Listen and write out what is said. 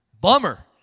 bummer